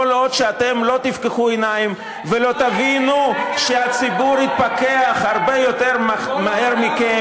כל עוד אתם לא תפקחו עיניים ולא תבינו שהציבור התפכח הרבה יותר מהר מכם,